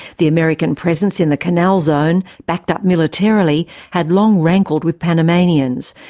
the american presence in the canal zone backed up militarily, had long rankled with panamanians,